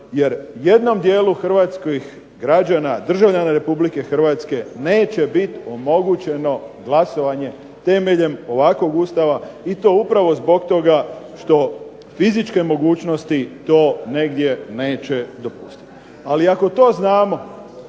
Jer jednom dijelu hrvatskih građana, državljana Republike Hrvatske neće biti omogućeno glasovanje temeljem ovakvog Ustava i to upravo zbog toga što fizičke mogućnosti to negdje neće dopustiti. Ali ako to znamo,